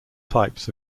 types